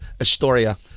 astoria